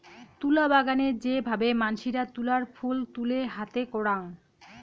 তুলা বাগানে যে ভাবে মানসিরা তুলার ফুল তুলে হাতে করাং